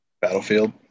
Battlefield